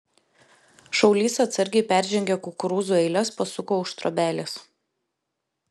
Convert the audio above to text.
šaulys atsargiai peržengė kukurūzų eiles pasuko už trobelės